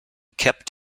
kept